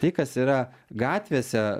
tai kas yra gatvėse